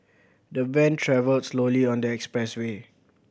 the van travelled slowly on the expressway